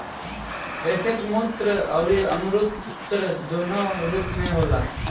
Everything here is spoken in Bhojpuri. एसेट मूर्त अउरी अमूर्त दूनो रूप में होला